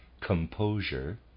composure